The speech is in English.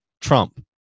Trump